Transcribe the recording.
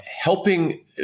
helping